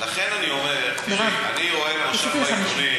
לכן אני אומר, מרב, תוסיפי ל-50.